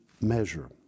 measure